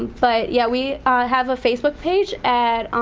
but yeah, we have a facebook page at